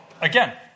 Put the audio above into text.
again